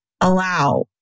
allow